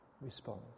respond